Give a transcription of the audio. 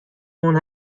اون